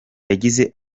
yagize